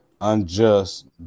unjust